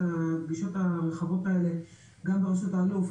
את הפגישות הרחבות האלה גם בראשות האלוף,